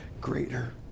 greater